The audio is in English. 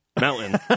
Mountain